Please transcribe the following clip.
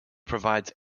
provides